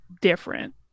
different